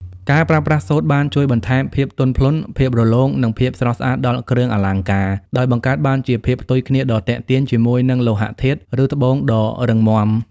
ការប្រើប្រាស់សូត្របានជួយបន្ថែមភាពទន់ភ្លន់ ភាពរលោង និងភាពស្រស់ស្អាតដល់គ្រឿងអលង្ការ ដោយបង្កើតបានជាភាពផ្ទុយគ្នាដ៏ទាក់ទាញជាមួយនឹងលោហៈធាតុ ឬត្បូងដ៏រឹងមាំ។